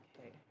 Okay